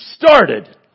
started